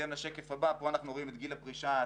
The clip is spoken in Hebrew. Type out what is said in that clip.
בשקף הבא אנחנו רואים את גיל הפרישה העתידי.